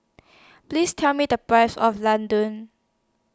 Please Tell Me The Price of Laddu